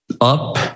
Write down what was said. up